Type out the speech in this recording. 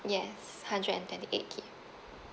yes hundred and twenty eight gig